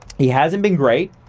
he hasn't been great.